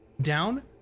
down